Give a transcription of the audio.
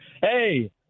hey